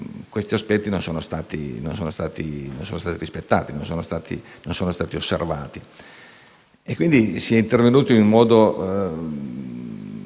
questi aspetti non stati rispettati, non sono stati osservati e quindi si è intervenuti in modo